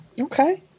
Okay